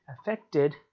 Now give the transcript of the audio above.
affected